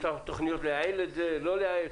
יש תכניות לייעל את זה, או לא לייעל?